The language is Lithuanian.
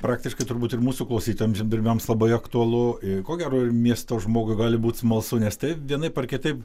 praktiškai turbūt ir mūsų klausytojams žemdirbiams labai aktualu ir ko gero miesto žmogui gali būt smalsu nes tai vienaip ar kitaip